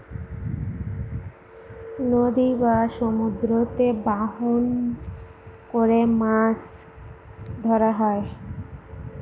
নদী বা সমুদ্রতে বাহন করে মাছ ধরা হয়